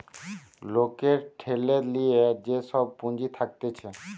লোকের ঠেলে লিয়ে যে সব পুঁজি থাকতিছে